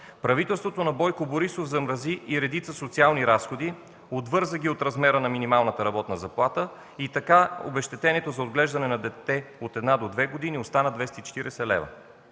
Правителството на Бойко Борисов замрази и редица социални разходи, отвърза ги от размера на минималната работна заплата и така обезщетението за отглеждане на дете от 1 до 2 години остана 240 лв.,